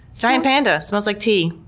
giant panda. smells like tea.